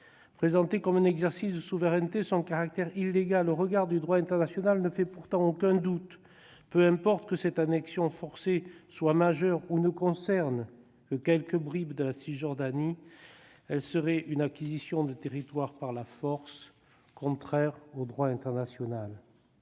Présenté comme un « exercice de souveraineté », son caractère illégal au regard du droit international ne fait pourtant aucun doute. Peu importe que cette annexion forcée soit majeure ou ne concerne que quelques bribes de la Cisjordanie, elle serait une acquisition de territoires par la force, contraire au droit international.